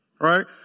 right